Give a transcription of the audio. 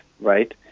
right